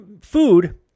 food